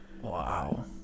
Wow